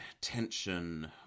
tension